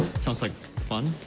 sounds like fun.